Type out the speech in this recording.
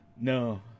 no